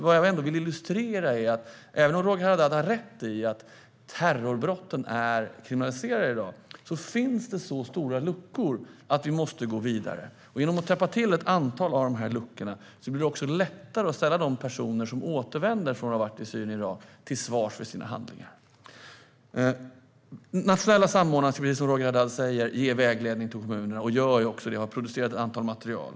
Vad jag vill illustrera är att även om Roger Haddad har rätt i att terrorbrotten är kriminaliserade i dag finns det så stora luckor att vi måste gå vidare. Genom att täppa till ett antal av luckorna blir det lättare att ställa de personer som återvänder från Syrien i dag till svars för sina handlingar. Den nationella samordnaren ska, precis som Roger Haddad säger, ge vägledning till kommunerna, gör också det och har producerat ett antal material.